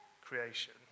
creation